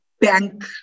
bank